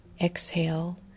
exhale